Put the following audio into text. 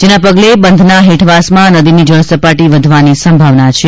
જેના પગલે બંધના હેઠવાસમાં નદીની જળસપાટી વધવાની સંભાવના છે